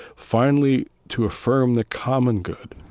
finally, to affirm the common good,